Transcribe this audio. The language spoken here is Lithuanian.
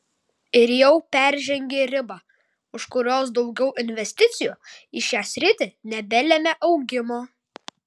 ir jau peržengė ribą už kurios daugiau investicijų į šią sritį nebelemia augimo